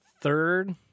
Third